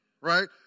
right